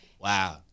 Wow